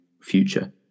future